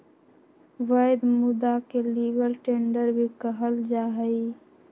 वैध मुदा के लीगल टेंडर भी कहल जाहई